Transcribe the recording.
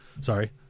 sorry